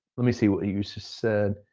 let me see what the user said.